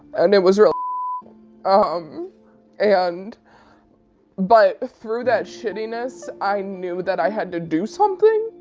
and it was real um and but through that shittiness, i knew that i had to do something.